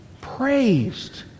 praised